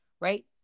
Right